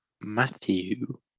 Matthew